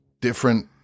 different